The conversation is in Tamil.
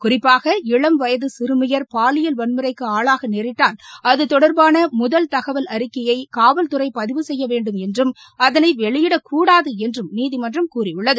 குறிப்பாக இளம் வயது சிறுமியர் பாலியல் வன்முறைக்கு ஆளாக நேரிட்டால் அது தொடர்பான முதல் தகவல் அறிக்கையை காவல்துறை பதிவு செய்யவேண்டும் என்றும் அதனை வெளியிடக்கூடாது என்றும் நீதிமன்றம் கூறியுள்ளது